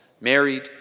married